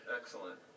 Excellent